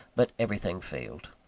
but everything failed.